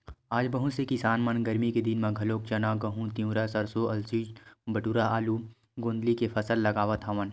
आज बहुत से किसान मन गरमी के दिन म घलोक चना, गहूँ, तिंवरा, सरसो, अलसी, बटुरा, आलू, गोंदली के फसल लगावत हवन